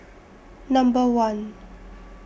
Number one